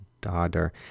daughter